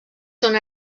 són